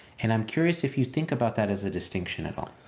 and i'm curious if you think about that as a distinction at all.